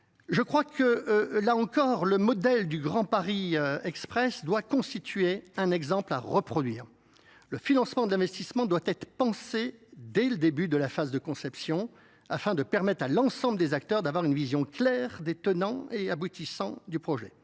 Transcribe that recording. Je crois que, là encore, le modèle du Grand Paris Express doit constituer un exemple à reproduire le financement de l'investissement doit être pensé dès le début de la phase de conception afin de permettre à l'ensemble des acteurs d'avoir une vision claire des tenants et aboutissants du projet